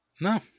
No